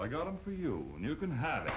i got em for you you can have it